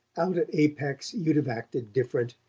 out at apex you'd have acted different.